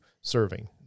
serving